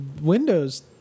Windows